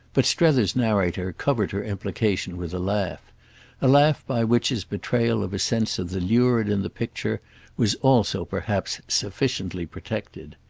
but strether's narrator covered her implication with a laugh a laugh by which his betrayal of a sense of the lurid in the picture was also perhaps sufficiently protected.